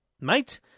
Mate